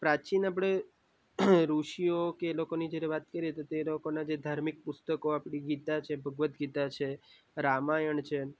પ્રાચીન આપણે ઋષિઓ કે એ લોકોની જ્યારે વાત કરીએ તો તે લોકોનાં જે ધાર્મિક પુસ્તકો આપણી ગીતા છે ભગવદ્ ગીતા છે રામાયણ છે